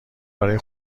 برای